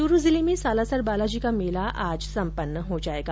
चुरु जिले में सालासर बालाजी का मेला आज संपन्न हो जायेगा